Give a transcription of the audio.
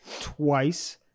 twice